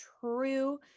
true